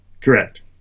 Correct